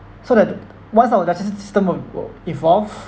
so that once our justice system will will evolve